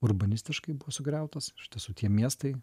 urbanistiškai buvo sugriautas iš tiesų tie miestai